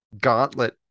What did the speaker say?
gauntlet